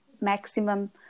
maximum